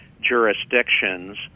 jurisdictions